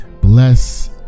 bless